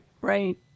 Right